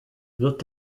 wird